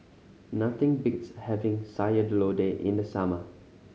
nothing beats having Sayur Lodeh in the summer